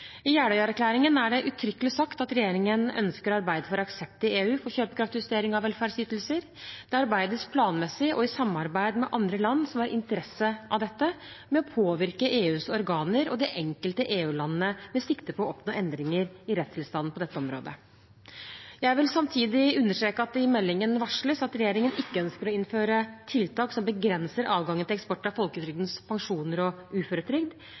I Jeløya-erklæringen er det uttrykkelig sagt at regjeringen ønsker å arbeide for aksept i EU for kjøpekraftsjustering av velferdsytelser. Det arbeides planmessig og i samarbeid med andre land som har interesse av dette, med å påvirke EUs organer og de enkelte EU-landene med sikte på å oppnå endringer i rettstilstanden på dette området. Jeg vil samtidig understreke at det i meldingen varsles at regjeringen ikke ønsker å innføre tiltak som begrenser adgangen til eksport av folketrygdens pensjoner og uføretrygd.